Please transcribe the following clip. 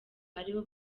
aribo